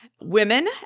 Women